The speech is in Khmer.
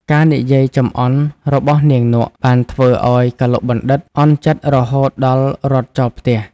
ការនិយាយចំអន់របស់នាងនក់ បានធ្វើឱ្យកឡុកបណ្ឌិត្យ អន់ចិត្តរហូតដល់រត់ចោលផ្ទះ។